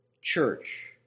church